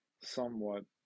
somewhat